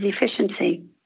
efficiency